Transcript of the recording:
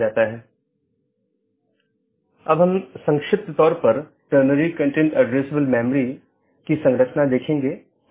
इसलिए आज हम BGP प्रोटोकॉल की मूल विशेषताओं पर चर्चा करेंगे